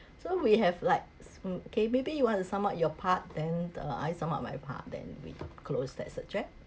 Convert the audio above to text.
so we have like sm~ okay maybe you want to sum up your part then uh I sum up my part then we close that subject